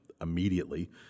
immediately